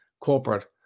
corporate